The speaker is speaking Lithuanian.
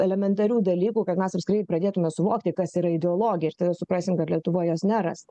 elementarių dalykų kad mes apskritai pradėtume suvokti kas yra ideologija ir tada suprasim kad lietuvoj jos nerasta